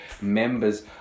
members